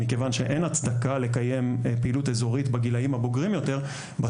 מכיוון שאין הצדקה לקיים פעילות אזורית בגילאים הבוגרים יותר,